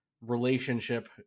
relationship